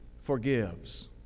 forgives